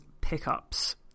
pickups